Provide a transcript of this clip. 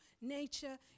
nature